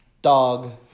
Dog